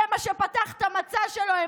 זה מה שפתח את המצע שלהם.